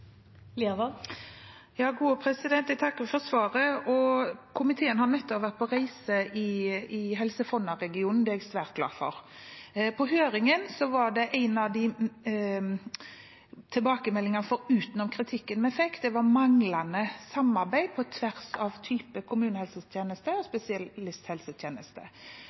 Jeg takker for svaret. Komiteen har nettopp vært på reise i Helse Fonna-regionen. Det er jeg svært glad for. Foruten kritikken vi fikk, var en av tilbakemeldingene i høringen at det var manglende samarbeid på tvers mellom typer av kommunehelsetjeneste og spesialisthelsetjeneste.